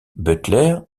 butler